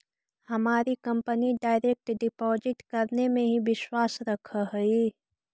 हमारी company direct deposit करने में ही विश्वास रखअ हई